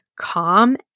calm